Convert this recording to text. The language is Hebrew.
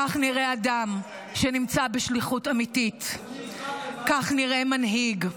כך נראה אדם שנמצא בשליחות אמיתית, כך נראה מנהיג.